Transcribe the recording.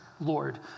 Lord